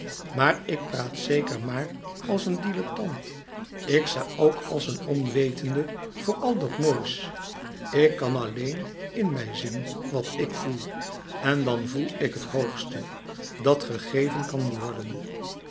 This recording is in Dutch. maar ik praat zeker maar als een dilettant ik sta ook als een onwetende voor al dat moois ik kan alleen in mij zien wat ik voel en dan voel ik het hoogste dat gegeven kan worden